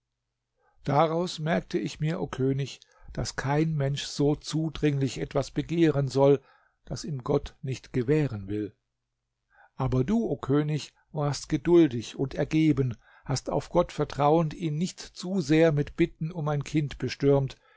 daraus merkte ich mir o könig daß kein mensch so zudringlich etwas begehren soll das ihm gott nicht gewähren will aber du o könig warst geduldig und ergeben hast auf gott vertrauend ihn nicht zu sehr mit bitten um ein kind bestürmt